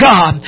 God